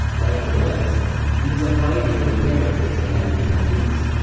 like melies, he was a pioneer in camera tricks and editing techniques,